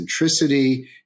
Centricity